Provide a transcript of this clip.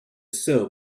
sew